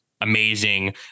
amazing